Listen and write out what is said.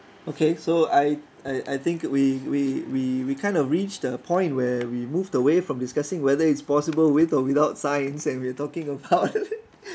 okay so I I I think we we we we kind of reached a point where we moved away from discussing whether it's possible with or without science and we are talking about